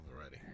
already